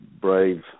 brave